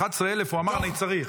11,000 הוא אמר: אני צריך.